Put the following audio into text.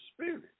spirit